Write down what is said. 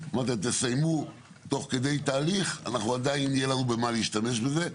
תסיימו תוך כדי תהליך ועדיין יהיה לנו במה להשתמש בזה.